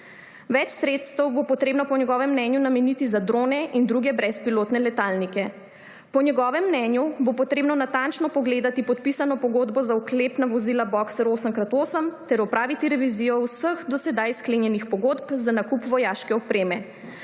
Več sredstev bo treba po njegovem mnenju nameniti za drone in druge brezpilotne letalnike. Po njegovem mnenju bo treba natančno pogledati podpisano pogodbo za oklepna vozila boxer 8x8 ter opraviti revizijo vseh do sedaj sklenjenih pogodb za nakup vojaške opreme.